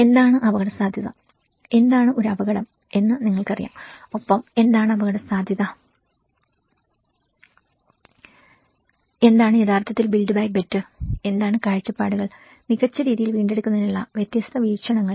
എന്താണ് അപകടസാധ്യത എന്താണ് ഒരു അപകടം എന്ന് നിങ്ങൾക്കറിയാം ഒപ്പം എന്താണ് അപകടസാധ്യത എന്താണ് യഥാർത്ഥത്തിൽ ബിൽഡ് ബാക്ക് ബെറ്റർ എന്താണ് കാഴ്ചപ്പാടുകൾ മികച്ച രീതിയിൽ വീണ്ടെടുക്കുന്നതിനുള്ള വ്യത്യസ്ത വീക്ഷണങ്ങൾ